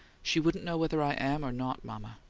she wouldn't know whether i am or not, mama.